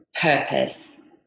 purpose